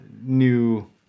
New